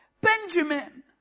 Benjamin